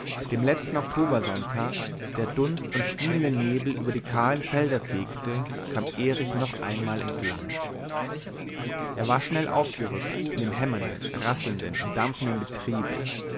dem letzten oktobersonntag der dunst und stiebende nebel über die kahlen felder fegte kam erich noch einmal ins land er war schnell aufgerückt in dem hämmernden rasselnden und dampfenden betriebe